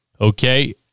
Okay